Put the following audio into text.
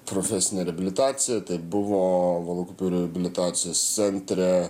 profesinė reabilitacija tai buvo valakupių reabilitacijos centre